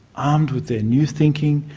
armed with ah new thinking,